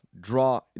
draw